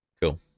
Cool